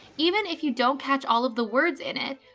even if you don't catch all of the words in it,